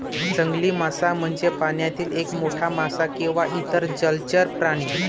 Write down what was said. जंगली मासा म्हणजे पाण्यातील एक मोठा मासा किंवा इतर जलचर प्राणी